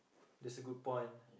that's a good point